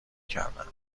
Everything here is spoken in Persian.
کردن